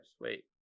Wait